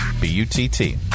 B-U-T-T